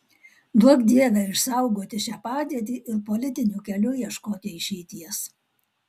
duok dieve išsaugoti šią padėtį ir politiniu keliu ieškoti išeities